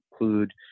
include